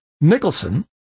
Nicholson